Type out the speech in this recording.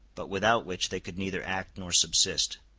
but without which they could neither act nor subsist.